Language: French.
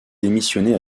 démissionner